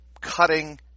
cutting